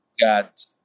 Got